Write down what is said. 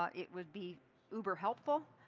ah it would be uber-help ful.